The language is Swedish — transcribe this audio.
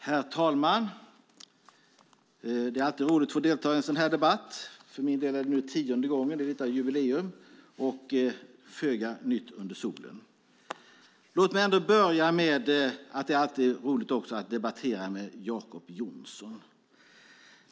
Herr talman! Det är alltid roligt att få delta i en sådan här debatt. För min del är det nu tionde gången, ett jubileum, och föga nytt under solen. Låt mig börja med att säga att det alltid är roligt att debattera med Jacob Johnson.